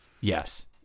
Yes